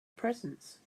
presence